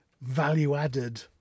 value-added